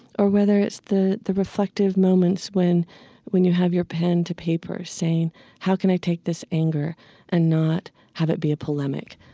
or whether it's the the reflective moments when when you have your pen to paper saying how can i take this anger and not have it be a polemic?